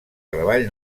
treball